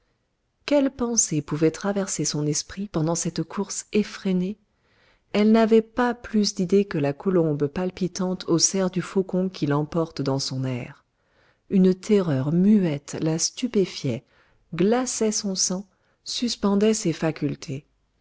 quelles pensées pouvaient traverser son esprit pendant cette course effrénée elle n'avait pas plus d'idées que la colombe palpitante aux serres du faucon qui l'emporte dans son aire une terreur muette la stupéfiait glaçait son sang suspendait ses facultés